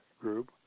group